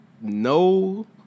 No